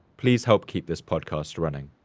please help keep this podcast running.